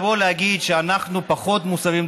לבוא להגיד שאנחנו פחות מוסרים,